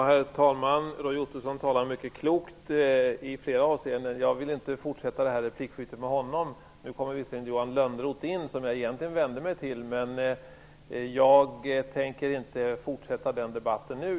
Herr talman! Roy Ottosson talar mycket klokt i flera avseenden. Jag vill inte fortsätta det här replikskiftet med honom. Nu kommer visserligen Johan Lönnroth, som jag egentligen vände mig till i mitt anförande, in i kammaren, men jag tänker inte fortsätta den debatten nu.